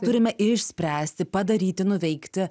turime išspręsti padaryti nuveikti